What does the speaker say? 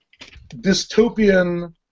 dystopian